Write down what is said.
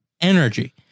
Energy